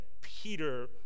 Peter